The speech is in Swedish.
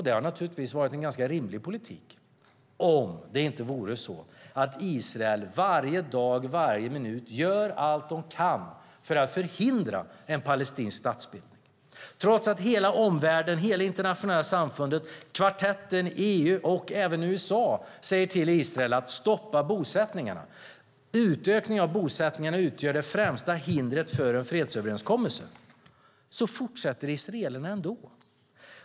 Det hade naturligtvis varit en ganska rimlig politik om det inte vore så att Israel varje dag, varje minut gör allt de kan för att förhindra en palestinsk statsbildning. Trots att hela omvärlden, hela det internationella samfundet, kvartetten, EU och även USA säger till israelerna att de ska stoppa bosättningarna, att utökningen av bosättningarna utgör det främsta hindret för en fredsöverenskommelse, fortsätter israelerna ändå.